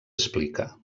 explica